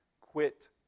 Quit